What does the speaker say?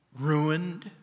ruined